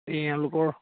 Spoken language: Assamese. এই এওঁলোকৰ